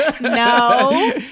No